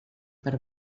per